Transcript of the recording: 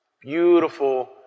Beautiful